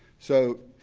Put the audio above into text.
so,